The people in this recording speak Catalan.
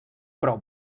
prou